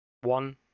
one